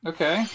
Okay